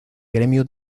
gremio